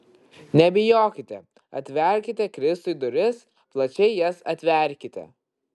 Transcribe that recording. nebijokite atverkite kristui duris plačiai jas atverkite